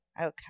Okay